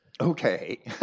Okay